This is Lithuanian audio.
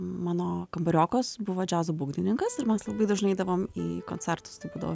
mano kambariokas buvo džiazo būgnininkas ir mes labai dažnai eidavom į koncertus tai būdavo